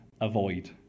avoid